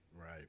Right